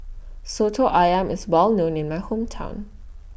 Soto Ayam IS Well known in My Hometown